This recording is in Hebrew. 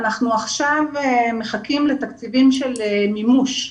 ועכשיו אנחנו מחכים לתקציבים של מימוש.